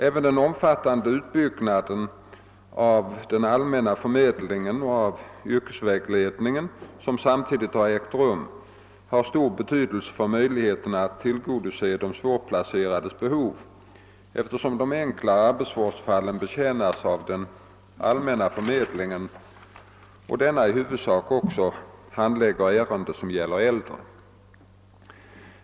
även den omfattande utbyggnad av den allmänna förmedlingen och av yrkesvägledningen som samtidigt har ägt rum har stor betydelise för möjligheterna att tillgodose de svårplacerades behov, eftersom de enklare arbetsvårdsfallen betjänas av den allmänna förmedlingen och denna i huvudsak också handlägger ärenden som gäller äldre.